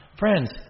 Friends